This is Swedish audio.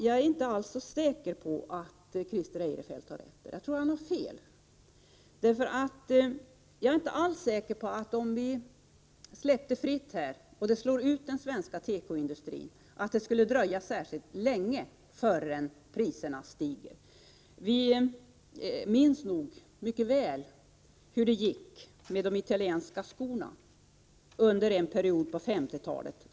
Jag är inte alls så säker på att Christer Eirefelt har rätt, utan jag tror att han har fel. Om vi släpper importen fri och den slår ut den svenska tekoindustrin, dröjer det nog inte särskilt länge förrän priserna stiger. Vi minns mycket väl hur det gick med de italienska skorna under en period på 1950-talet.